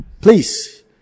please